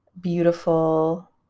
beautiful